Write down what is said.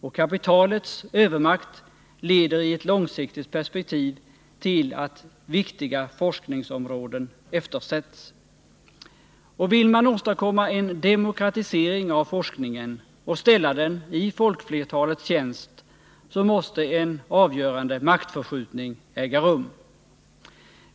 Och kapitalets övermakt leder i ett långsiktigt perspektiv till att viktiga forskningsområden eftersätts. Vill man åstadkomma en demokratisering av forskningen och ställa den i folkflertalets tjänst, måste en avgörande maktförskjutning äga rum.